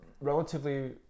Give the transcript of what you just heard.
relatively